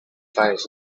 fires